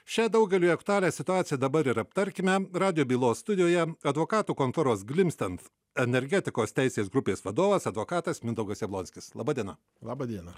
šią daugeliui aktualią situaciją dabar ir aptarkime radijo bylos studijoje advokatų kontoros glimstant energetikos teisės grupės vadovas advokatas mindaugas jablonskis laba diena laba diena